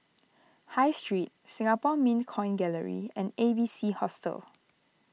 High Street Singapore Mint Coin Gallery and A B C Hostel